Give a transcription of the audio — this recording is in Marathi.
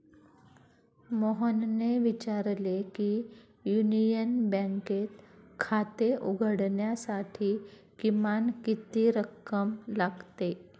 मोहनने विचारले की युनियन बँकेत खाते उघडण्यासाठी किमान किती रक्कम लागते?